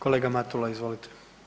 Kolega Matula izvolite.